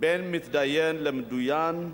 בין מתדיין למדינה,